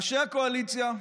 ראשי הקואליציה,